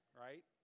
right